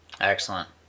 Excellent